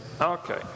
Okay